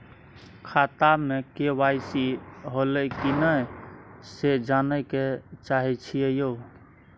खाता में के.वाई.सी होलै की नय से जानय के चाहेछि यो?